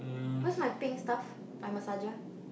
where's my pink stuff my massage